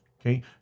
okay